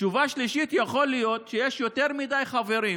3. יכול להיות שיש יותר מדי חברים